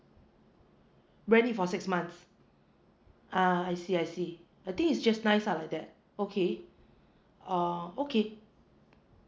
rent it for six months ah I see I see I think it's just nice lah like that okay uh okay